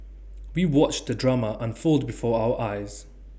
we watched the drama unfold before our eyes